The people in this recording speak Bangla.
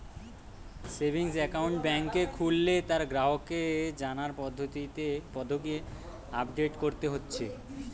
সেভিংস একাউন্ট বেংকে খুললে তার গ্রাহককে জানার পদ্ধতিকে আপডেট কোরতে হচ্ছে